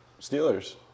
Steelers